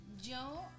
yo